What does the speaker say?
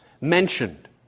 mentioned